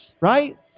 right